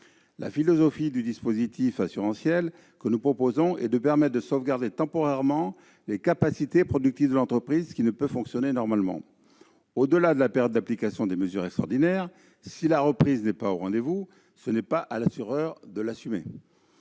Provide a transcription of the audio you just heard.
La philosophie du dispositif assurantiel que nous proposons est de permettre de sauvegarder temporairement les capacités productives de l'entreprise qui ne peut fonctionner normalement. Au-delà de la période d'application des mesures extraordinaires, si la reprise n'est pas au rendez-vous, ce n'est pas à l'assureur de l'assumer.